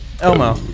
Elmo